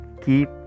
keep